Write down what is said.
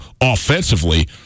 offensively